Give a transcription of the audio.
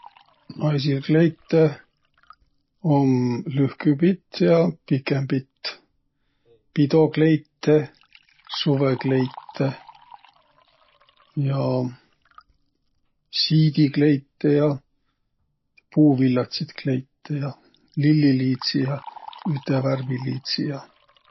Naisi kleite um lühkümbit ja pikembit, pidokleite, suvõkleite. Ja siidikleite ja puuvillatsit kleite ja lilliliidsi ja ütevärviliidsi ja.